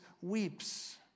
weeps